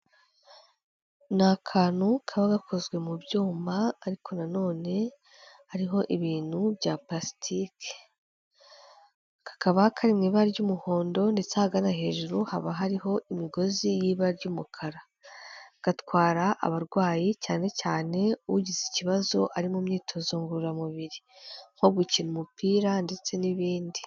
Ni akantu kaba gakozwe mu byuma ariko nanone hariho ibintu bya plastike. Kakaba kari mu ibara ry'umuhondo, ndetse ahagana hejuru haba hariho imigozi y'ibara ry'umukara, gatwara abarwayi cyane cyane ugize ikibazo ari mu myitozo ngororamubiri nko gukina umupira ndetse n'ibindi.